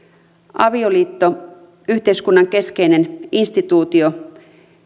avioliitto on yhteiskunnan keskeinen instituutio